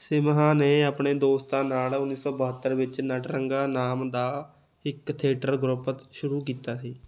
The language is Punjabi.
ਸਿਮਹਾ ਨੇ ਆਪਣੇ ਦੋਸਤਾਂ ਨਾਲ ਉੱਨੀ ਸੌ ਬਹੱਤਰ ਵਿੱਚ ਨਟਰੰਗਾ ਨਾਮ ਦਾ ਇੱਕ ਥੀਏਟਰ ਗਰੁੱਪ ਸ਼ੁਰੂ ਕੀਤਾ ਸੀ